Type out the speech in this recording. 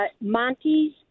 Monty's